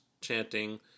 chanting